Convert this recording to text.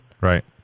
Right